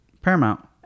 Paramount